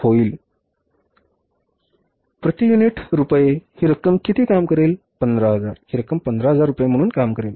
रुपये प्रति युनिट रुपये ही रक्कम किती काम करेल 15000 ही रक्कम 15000 रुपये म्हणून काम करेल